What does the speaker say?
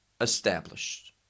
established